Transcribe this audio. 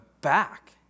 back